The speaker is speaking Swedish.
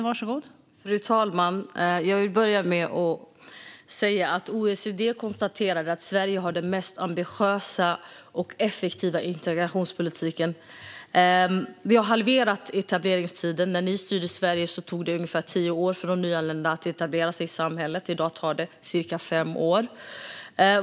Fru talman! Jag vill börja med att säga att OECD konstaterar att Sverige har den mest ambitiösa och effektiva integrationspolitiken. Vi har halverat etableringstiden. När ni styrde Sverige tog det ungefär tio år för de nyanlända att etablera sig i samhället. I dag tar det cirka fem år.